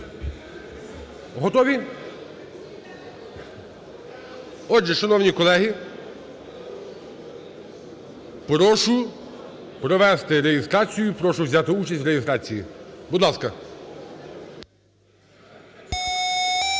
Готові? Отже, шановні колеги, прошу провести реєстрацію. Прошу взяти участь в реєстрації, будь ласка. 10:03:13